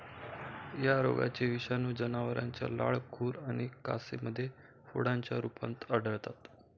या रोगाचे विषाणू जनावरांच्या लाळ, खुर आणि कासेमध्ये फोडांच्या स्वरूपात आढळतात